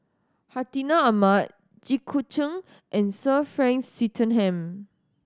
Hartinah Ahmad Jit Koon Ch'ng and Sir Frank Swettenham